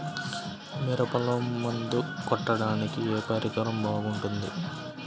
మిరపలో మందు కొట్టాడానికి ఏ పరికరం బాగుంటుంది?